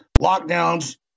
lockdowns